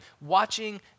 watching